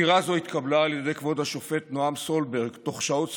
עתירה זו התקבלה על ידי כבוד השופט נועם סולברג תוך שעות ספורות,